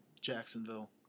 Jacksonville